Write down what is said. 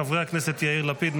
חברי הכנסת יאיר לפיד,